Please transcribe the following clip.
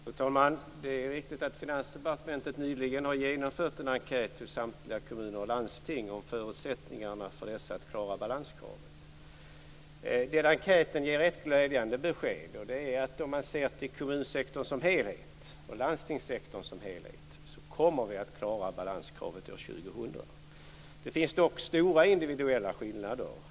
Fru talman! Det är riktigt att Finansdepartementet nyligen har genomfört en enkät rörande samtliga kommuner och landsting om förutsättningarna för dessa att klara balanskravet. Denna enkät ger ett glädjande besked. Det är att om man ser till kommunsektorn och landstingssektorn som helhet kommer vi att klara balanskravet till år 2000. Det finns dock stora individuella skillnader.